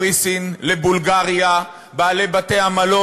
לא יכול להיות צבע אחד, מין